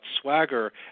swagger